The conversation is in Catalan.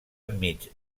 enmig